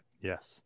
Yes